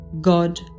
God